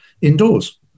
indoors